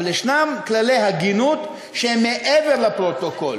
אבל ישנם כללי הגינות שהם מעבר לפרוטוקול,